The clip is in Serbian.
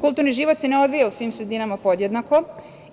Kulturni život se ne odvija u svim sredinama podjednako